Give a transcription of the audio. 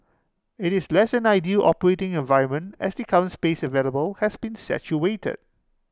IT is less than ideal operating environment as the current space available has been saturated